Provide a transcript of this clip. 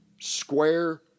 square